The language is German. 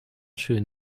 schön